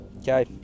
Okay